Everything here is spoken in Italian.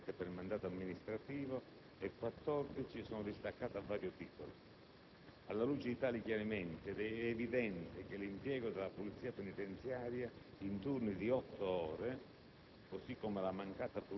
tre sono state distaccate per mandato amministrativo e altre 14 sono attualmente distaccate a vario titolo. Alla luce di tali chiarimenti, è evidente che l'impiego della Polizia penitenziaria in turni di otto ore,